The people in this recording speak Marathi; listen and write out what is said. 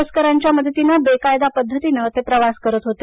तस्करांच्या मदतीने बेकायदा पद्धतीनं ते प्रवास करत होते